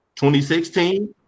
2016